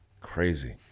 Crazy